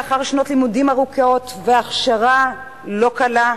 לאחר שנות לימודים ארוכות והכשרה לא קלה,